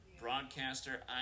broadcaster